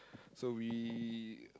so we